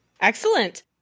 Excellent